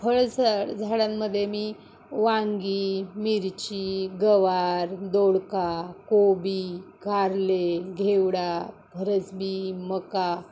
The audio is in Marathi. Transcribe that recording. फळ झ झाडांमध्ये मी वांगी मिरची गवार दोडका कोबी कारले घेवडा फरसबी मका